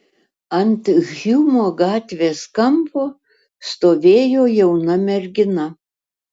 ant hjumo gatvės kampo stovėjo jauna mergina